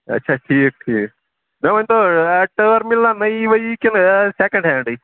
اَچھا ٹھیٖک ٹھیٖک مےٚ ؤنۍتَو ٹٲر میلنا نٔیِی ؤیِی کِنہٕ سیکنٛڈ ہینٛڈٕے